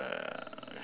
uh